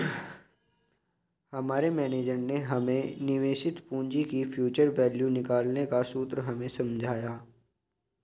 हमारे मेनेजर ने हमारे निवेशित पूंजी की फ्यूचर वैल्यू निकालने का सूत्र हमें समझाया